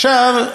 עכשיו,